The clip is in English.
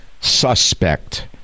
suspect